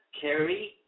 Kerry